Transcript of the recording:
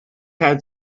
had